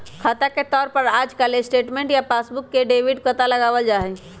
खाता के तौर पर आजकल स्टेटमेन्ट या पासबुक से डेबिट के पता लगावल जा हई